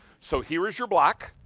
so here is your black,